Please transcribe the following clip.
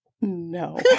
no